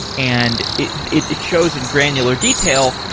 and it it shows in granular detail,